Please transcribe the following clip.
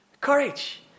Courage